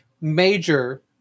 major